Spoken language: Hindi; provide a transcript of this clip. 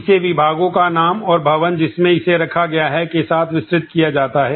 इसे विभागों का नाम और भवन जिसमें इसे रखा गया है के साथ विस्तृत किया जाता है